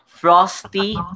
Frosty